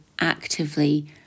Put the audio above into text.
actively